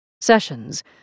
Sessions